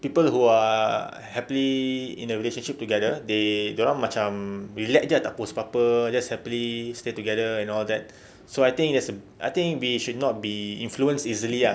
people who are happily in the relationship together they dorang macam relax jer tak post apa-apa just happily stay together and all that so I think is I think we should not be influenced easily ah